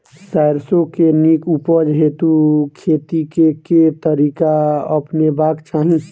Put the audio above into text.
सैरसो केँ नीक उपज हेतु खेती केँ केँ तरीका अपनेबाक चाहि?